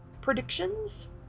predictions